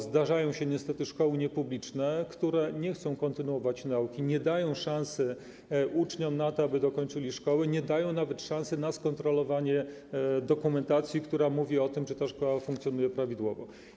Zdarzają się niestety szkoły niepubliczne, które nie chcą kontynuować nauki, nie dają szansy uczniom na to, aby dokończyli szkoły, nie dają nawet szansy na skontrolowanie dokumentacji, która mówi o tym, że szkoła funkcjonuje prawidłowo.